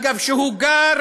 אגב, שהוא גר